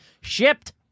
Shipped